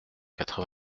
quatre